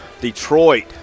Detroit